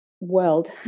world